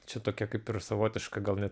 čia tokia kaip ir savotiška gal net